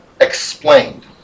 explained